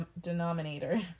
denominator